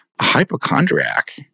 Hypochondriac